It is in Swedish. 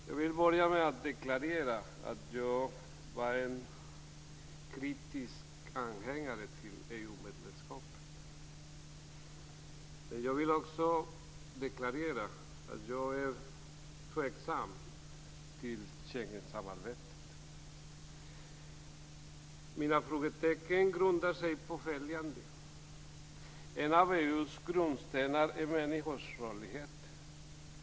Herr talman! Jag vill börja med att deklarera att jag var en kritisk anhängare till EU-medlemskapet. Jag vill också deklarera att jag är tveksam till Schengensamarbetet. Mina frågetecken grundar sig på följande. En av EU:s grundstenar är människors rörlighet.